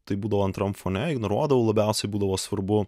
tai būdavo antrom fone ignoruodavau labiausiai būdavo svarbu